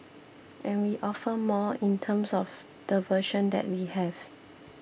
and we offer more in terms of the version that we have